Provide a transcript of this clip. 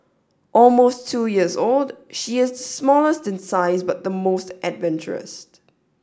almost two years old she is smallest in size but the most adventurous